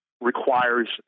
requires